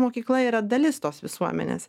mokykla yra dalis tos visuomenės